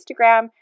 Instagram